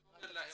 אני אומר לכם,